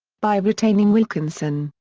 by retaining wilkinson,